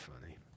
funny